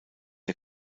der